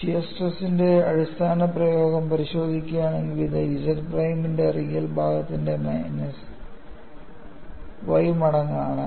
shear stress ന്റെ അടിസ്ഥാന പദപ്രയോഗം പരിശോധിക്കുകയാണെങ്കിൽ ഇത് Z പ്രൈമിന്റെ റിയൽ ഭാഗത്തിന്റെ മൈനസ് y മടങ്ങ് ആണ്